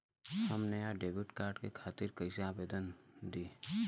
हम नया debit card के खातिर कइसे आवेदन दीं?